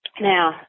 Now